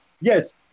yes